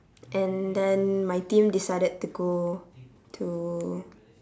and then my team decided to go to